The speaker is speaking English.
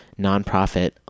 nonprofit